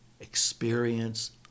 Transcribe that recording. experience